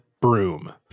broom